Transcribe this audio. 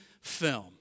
film